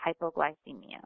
hypoglycemia